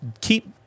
keep